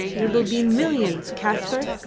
there will be millions, kaspar!